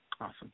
Awesome